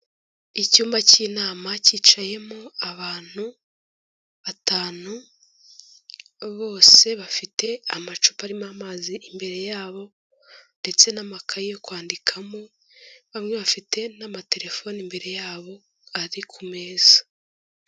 Icyumba cy'inama cyicayemo abantu batanu, bose bafite amacupa arimo amazi imbere yabo ndetse n'amakaye yo kwandikamo, bamwe bafite n'amatelefone imbere yabo ari ku meza.